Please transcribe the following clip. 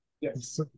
Yes